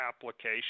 application